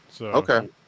Okay